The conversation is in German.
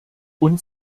und